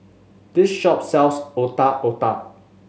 this shop sells Otak Otak